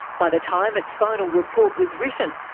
by the time its final report was written,